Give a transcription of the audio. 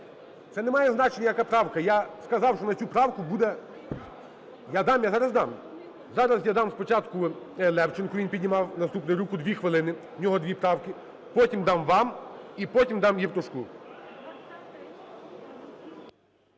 Це не має значення, яка правка. Я сказав, що на цю правку буде… Я дам, я зараз дам. Зараз я дам спочатку Левченку, він піднімав наступний руку, 2 хвилини, в нього дві правки. Потім дам вам. І потім дам Євтушку.